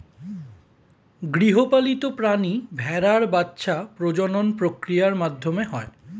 গৃহপালিত প্রাণী ভেড়ার বাচ্ছা প্রজনন প্রক্রিয়ার মাধ্যমে হয়